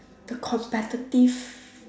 the competitive